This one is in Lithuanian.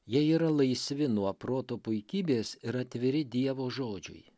jie yra laisvi nuo proto puikybės ir atviri dievo žodžiui